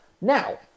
Now